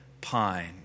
pine